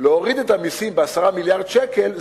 להוריד את המסים ב-10 מיליארדי שקל.